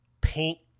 paint